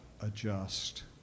adjust